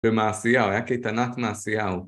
ומעשיהו, היה קייטנת מעשיהו.